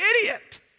idiot